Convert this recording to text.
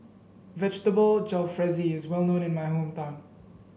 Vegetable Jalfrezi is well known in my hometown